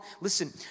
Listen